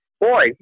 boy